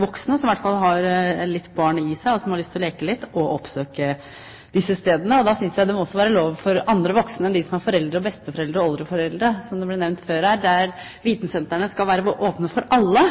voksne som har litt av barnet i seg, og som har lyst til å leke litt, å oppsøke disse stedene. Det synes jeg også må være lov for andre voksne enn for dem som er foreldre, besteforeldre og oldeforeldre, som er nevnt før her. Vitensentrene skal være åpne for alle